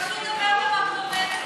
הוא פשוט עובר את המגנומטר.